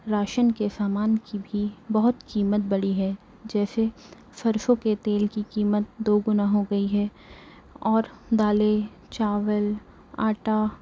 ration کے سامان کی بھی بہت قیمت بڑھی ہے جیسے سرسوں کے تیل کی قیمت دو گنہ ہو گئی ہے اور دالیں چاول آٹا